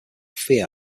fear